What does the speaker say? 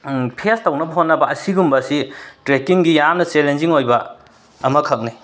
face ꯇꯧꯅꯕ ꯍꯣꯠꯅꯕ ꯑꯁꯤꯒꯨꯝꯕꯁꯤ ꯇ꯭ꯔꯦꯛꯀꯤꯡꯒꯤ ꯌꯥꯝꯅ ꯆꯦꯜꯂꯦꯟꯖꯤꯡ ꯑꯣꯏꯕ ꯑꯃꯈꯛꯅꯤ